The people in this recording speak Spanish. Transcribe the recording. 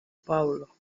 paulo